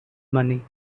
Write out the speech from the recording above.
money